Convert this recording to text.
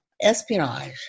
Espionage